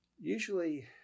Usually